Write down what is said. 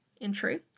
entry